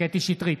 קטי קטרין שטרית,